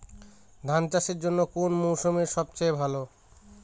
ধান চাষের জন্যে কোন মরশুম সবচেয়ে ভালো?